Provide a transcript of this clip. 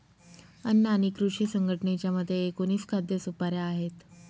अन्न आणि कृषी संघटनेच्या मते, एकोणीस खाद्य सुपाऱ्या आहेत